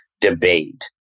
debate